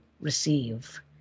receive